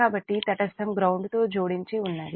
కాబట్టి తటస్థం గ్రౌండ్ తో జోడించి ఉన్నది